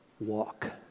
walk